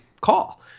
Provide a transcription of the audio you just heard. call